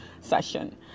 session